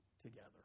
together